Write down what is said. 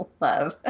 love